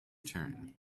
turn